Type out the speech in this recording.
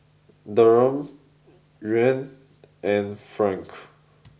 Dirham Yuan and franc